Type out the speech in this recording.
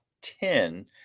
ten